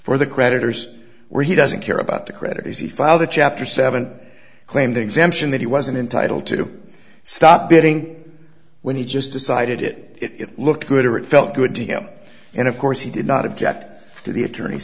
for the creditors where he doesn't care about the creditors he filed a chapter seven claim the exemption that he wasn't entitled to stop bidding when he just decided it looked good or it felt good to him and of course he did not object to the attorney